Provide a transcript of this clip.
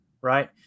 right